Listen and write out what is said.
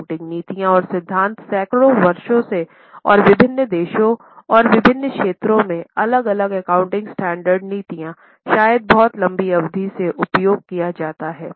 accounting नीतियाँ और सिद्धांत सैकड़ों वर्षों से और विभिन्न देशों और विभिन्न क्षेत्रों में अलग अलग एकाउंटिंग स्टैंडर्ड नीतियाँ शायद बहुत लंबी अवधि से उपयोग किये जाते है